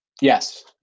Yes